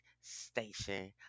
station